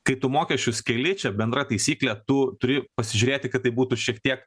kai tu mokesčius keli čia bendra taisyklė tu turi pasižiūrėti kad tai būtų šiek tiek